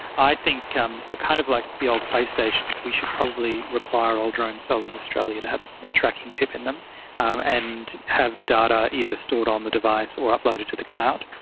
i think ah kind of like the old playstations, we should probably require all drones sold in australia to have a ah tracking chip in them um and have the data either stored on the device or uploaded to the cloud,